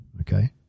Okay